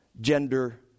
gender